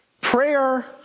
Prayer